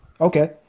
Okay